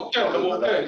כן.